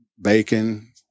bacon